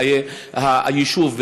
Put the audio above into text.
בחיי היישוב,